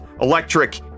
electric